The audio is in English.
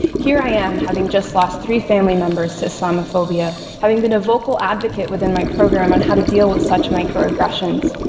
here i am having just lost three family members to islamophobia, having been a vocal advocate within my program on how to deal with such microaggressions,